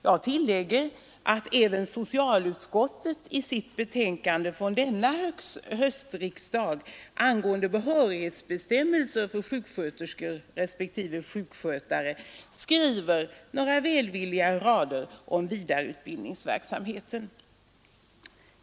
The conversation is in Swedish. Jag tillägger att även socialutskottet i sitt betänkande från denna höstriksdag angående behörighetsbestämmelser för sjuksköterskor respektive sjukskötare skriver några välvilliga rader om vidareutbildningsverksamheten.